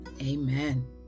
Amen